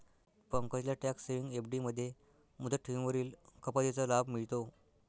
पंकजला tax saving FD मध्ये मुदत ठेवींवरील कपातीचा लाभ मिळतो